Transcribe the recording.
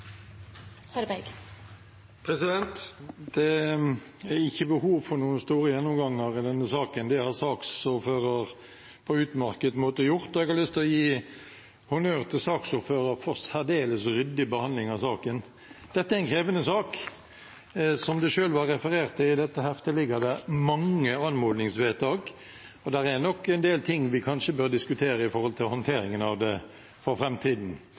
ikke behov for noen stor gjennomgang i denne saken, det har saksordføreren gjort på utmerket måte, og jeg har lyst til å gi honnør til saksordføreren for særdeles ryddig behandling av saken. Dette er en krevende sak. Som det er referert til i meldingen, er det mange anmodningsvedtak, og det er nok en del ting vi kanskje bør diskutere når det gjelder håndteringen av det for